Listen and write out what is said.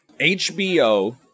HBO